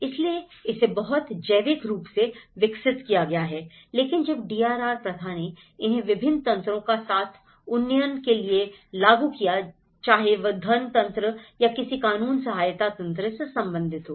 इसलिए इसे बहुत जैविक रूप से विकसित किया गया है लेकिन जब डीआरआर प्रथा ने इन्हें विभिन्न तंत्रों के साथ उन्नयन के लिए लागू किया चाहे वह धन तंत्र या किसी कानूनी सहायता तंत्र से संबंधित हो